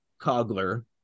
Cogler